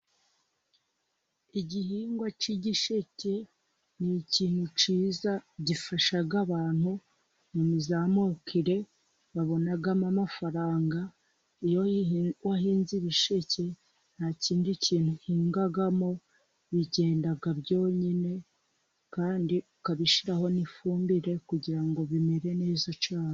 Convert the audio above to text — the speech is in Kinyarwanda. Igihingwa cy'igisheke ni ikintu cyiza, gifasha abantu mu mizamukire babonamo amafaranga, iyo wahinze ibisheke nta kindi kintu uhingamo, bigenda byonyine kandi ukabishyiraho n'ifumbire, kugira ngo bimere neza cyane.